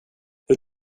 hur